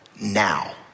now